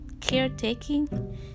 caretaking